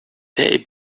they